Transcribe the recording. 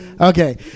Okay